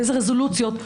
באיזה רזולוציות.